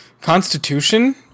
constitution